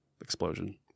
explosion